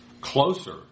closer